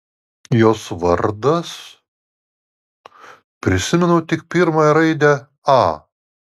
jos vardas prisimenu tik pirmąją raidę a